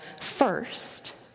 first